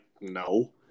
no